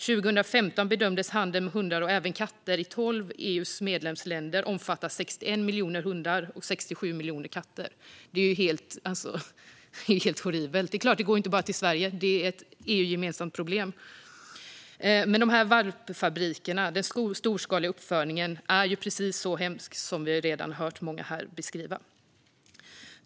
År 2015 bedömdes handeln med hundar och även katter i tolv av EU:s medlemsstater omfatta 61 miljoner hundar och 67 miljoner katter. Det är ju helt horribelt! De går inte bara till Sverige; det är ett EU-gemensamt problem, och den storskaliga uppfödningen i valpfabriker är precis så hemsk som vi redan har hört beskrivas av många här.